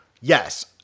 yes